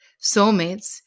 soulmates